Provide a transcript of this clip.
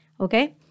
okay